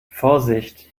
vorsicht